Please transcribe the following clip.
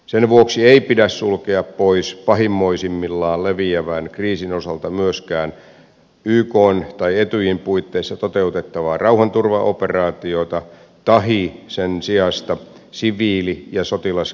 sen vuoksi ei pidä sulkea pois pahimmoisimmillaan leviävän kriisin osalta myöskään ykn tai etyjin puitteissa toteutettavaa rauhanturvaoperaatiota tahi sen sijasta siviili ja sotilaskriisinhallintaoperaatiota